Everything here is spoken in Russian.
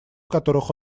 которых